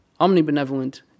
omnibenevolent